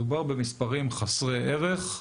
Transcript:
מדובר במספרים חסרי ערך,